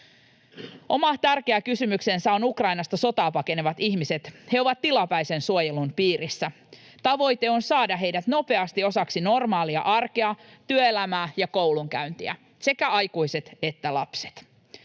Oma tärkeä kysymyksensä ovat Ukrainasta sotaa pakenevat ihmiset. He ovat tilapäisen suojelun piirissä. Tavoite on saada heidät nopeasti osaksi normaalia arkea, työelämää ja koulunkäyntiä — sekä aikuiset että lapset.